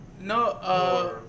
No